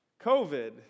COVID